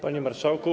Panie Marszałku!